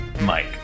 Mike